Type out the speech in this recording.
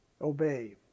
obey